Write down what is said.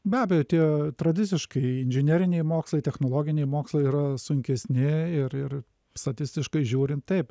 be abejo tie tradiciškai inžineriniai mokslai technologiniai mokslai yra sunkesni ir ir statistiškai žiūrint taip